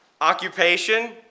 occupation